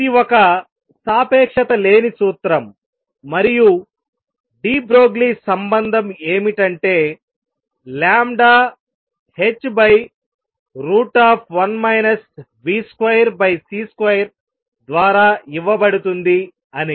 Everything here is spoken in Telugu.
ఇది ఒక సాపేక్షత లేని సూత్రం మరియు డి బ్రోగ్లీ సంబంధం ఏమిటంటే లాంబ్డా h1 v2c2 ద్వారా ఇవ్వబడుతుంది అని